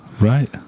Right